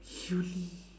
uni